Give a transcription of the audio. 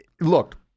look